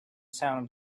sound